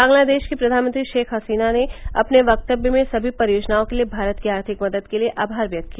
बांग्लादेश की प्रधानमंत्री शेख हसीना ने अपने वक्तव्य में सभी परियोजनाओं के लिए भारत की आर्थिक मदद के लिए आभार व्यक्त किया